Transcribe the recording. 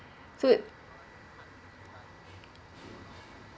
so it